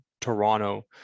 Toronto